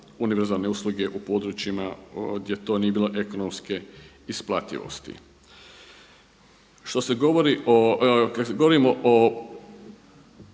univerzalne usluge u područjima gdje to nije bilo ekonomske isplativosti. Što se govori o,